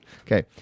Okay